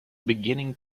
beginning